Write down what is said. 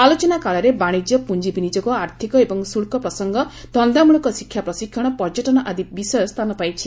ଆଲୋଚନାକାଳରେ ବାଣିଜ୍ୟ ପୁଞ୍ଜିବିନିଯୋଗ ଆର୍ଥକ ଏବଂ ଶୁଳ୍କ ପ୍ରସଙ୍ଗ ଧନ୍ଦାମଳକ ଶିକ୍ଷା ପ୍ରଶିକ୍ଷଣ ପର୍ଯ୍ୟଟନ ଆଦି ବିଷୟ ସ୍ଥାନ ପାଇଛି